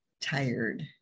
tired